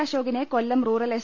അശോകിനെ Kollam rural S